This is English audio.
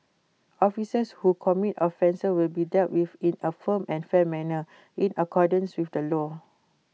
officers who commit offences will be dealt with in A firm and fair manner in accordance with the law